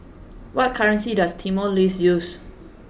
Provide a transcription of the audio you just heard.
what currency does Timor Leste use